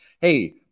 hey